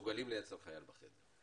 ורואה שהם יודעים לשכן חייל בחדר.